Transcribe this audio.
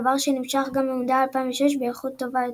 דבר שנמשך גם במונדיאל 2006 באיכות טובה יותר.